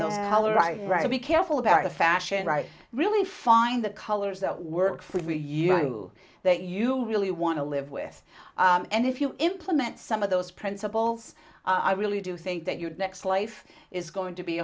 know right right be careful about a fashion right really find the colors that work for you that you want really to live with us and if you implement some of those principles i really do think that your next life is going to be